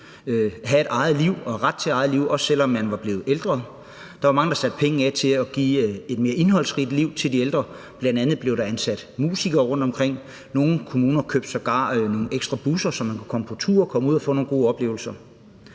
have retten til eget liv, også selv om man var blevet ældre. Der var mange, der satte penge af til at give et mere indholdsrigt liv til de ældre – bl.a. blev der ansat musikere rundtomkring, og nogle kommuner købte sågar nogle ekstra busser, så man kunne komme ud på tur og få nogle gode oplevelser.